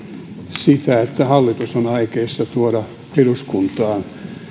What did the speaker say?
sitä että hallitus on aikeissa tuoda eduskuntaan